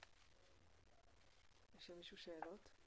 יש למישהו שאלות?